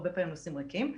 הרבה פעמים נוסעים ריקים,